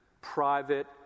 private